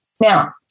Now